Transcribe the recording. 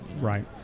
Right